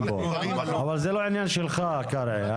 אבל זה לא עניין שלך, קרעי.